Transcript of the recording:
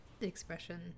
expression